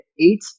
eight